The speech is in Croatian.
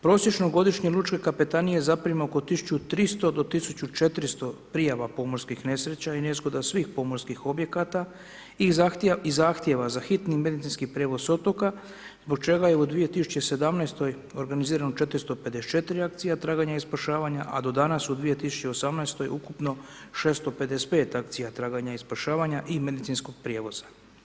Prosječno godišnje lučke kapetanije zaprime oko 1.300 do 1.400 prijava pomorskih nesreća i nezgoda svih pomorskih objekata i zahtjeva za hitni medicinski prijevoz s otoka zbog čega je u 2017. organizirano 454 akcija traganja i spašavanja, a do danas u 2018. ukupno 655 akcija traganja i spašavanja i medicinskog prijevoza.